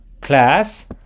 Class